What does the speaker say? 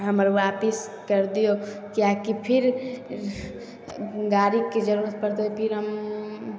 हमर आपिस करि दिऔ किएकि फेर गाड़ीके जरूरत पड़तै फेर हम